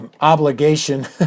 obligation